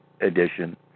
edition